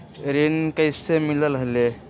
ऋण कईसे मिलल ले?